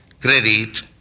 credit